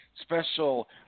special